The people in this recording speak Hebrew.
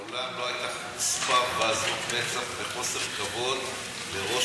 מעולם לא הייתה חוצפה ועזות מצח וחוסר כבוד לראש